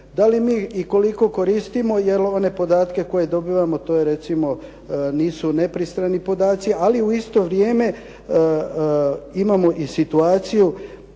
Da li mi i koliko koristimo, jel' one podatke koje dobivamo recimo nisu nepristrani podaci, ali u isto vrijeme imamo i situaciju